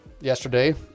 yesterday